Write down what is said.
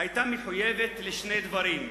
היא היתה מחויבת לשני דברים: